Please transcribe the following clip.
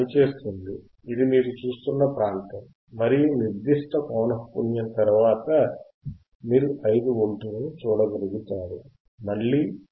ఇది పనిచేస్తోంది ఇది మీరు చూస్తున్న ప్రాంతం మరియు నిర్దిష్ట పౌనః పున్యం తర్వాత మీరు 5 వోల్ట్లను చూడగలుగుతారు మళ్ళీ